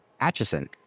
Atchison